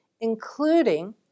including